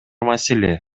маселе